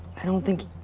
i don't think.